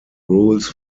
rules